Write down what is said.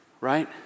Right